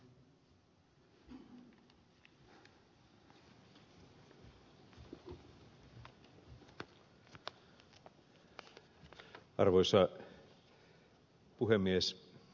arvoisa puhemies